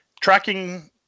tracking